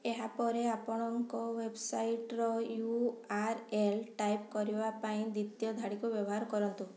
ଏହାପରେ ଆପଣଙ୍କ ୱେବ୍ସାଇଟ୍ର ୟୁ ଆର୍ ଏଲ୍ ଟାଇପ୍ କରିବା ପାଇଁ ଦ୍ୱିତୀୟ ଧାଡ଼ିକୁ ବ୍ୟବହାର କରନ୍ତୁ